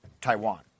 Taiwan